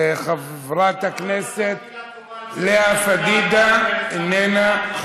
חברת הכנסת לאה פדידה, איננה.